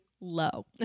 low